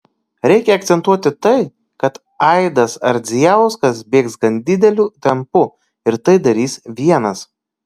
reikia akcentuoti tai kad aidas ardzijauskas bėgs gan dideliu tempu ir tai darys vienas